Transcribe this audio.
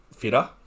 fitter